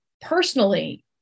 personally